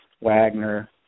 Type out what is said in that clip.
Wagner